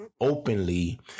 openly